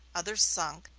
others sunk,